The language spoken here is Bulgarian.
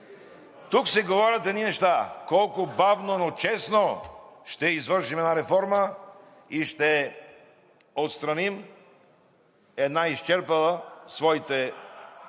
Тук се говорят едни неща – колко бавно, но честно ще извършим една реформа и ще отстраним една изчерпала своите